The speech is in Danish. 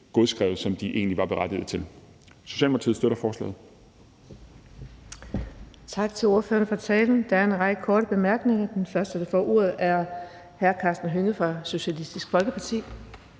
anciennitet, som de egentlig var berettiget til, godskrevet. Socialdemokratiet støtter forslaget.